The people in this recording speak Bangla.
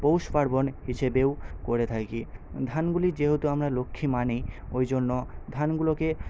পৌষ পার্বণ হিসেবেও করে থাকি ধানগুলি যেহেতু আমরা লক্ষ্মী মানি ওই জন্য ধানগুলোকে